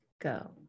go